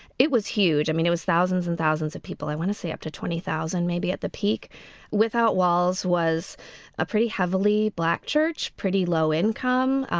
it was huge. i mean it was thousands and thousands of people i want to say up to twenty thousand maybe at the peak without walls was a pretty heavily black church pretty low income.